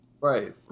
Right